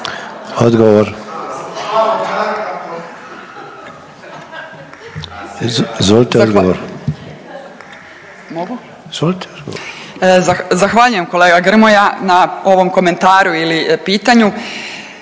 Magdalena (HDZ)** Zahvaljujem kolega Grmoja na ovom komentaru ili pitanju.